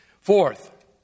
Fourth